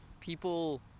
people